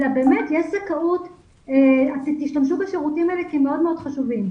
אלא הם צריכים לדעת שיש זכאות והם יכולים להשתמש בשירותים החשובים האלה.